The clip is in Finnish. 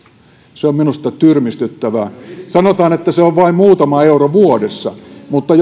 se on minusta tyrmistyttävää sanotaan että se on vain muutama euro vuodessa mutta